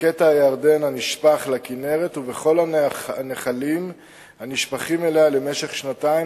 בקטע הירדן הנשפך לכינרת ובכל הנחלים הנשפכים אליה למשך שנתיים,